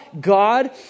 God